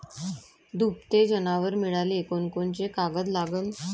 दुभते जनावरं मिळाले कोनकोनचे कागद लागन?